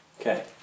okay